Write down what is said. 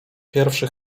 pierwszy